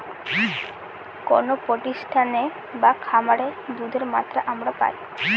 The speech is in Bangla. কোনো প্রতিষ্ঠানে বা খামারে দুধের মাত্রা আমরা পাই